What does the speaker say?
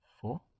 four